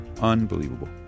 unbelievable